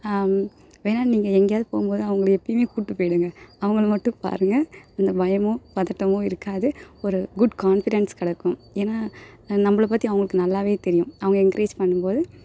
வேணால் நீங்கள் எங்கேயாது போகும்போது அவங்களை எப்போயுமே கூட்டு போய்டுங்க அவங்களை மட்டும் பாருங்கள் எந்த பயமோ பதட்டமோ இருக்காது ஒரு குட் காண்ஃபிடன்ஸ் கிடைக்கும் ஏன்னால் நம்மள பற்றி அவங்களுக்கு நல்லாவே தெரியும் அவங்க என்கரேஜ் பண்ணும்போது